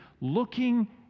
looking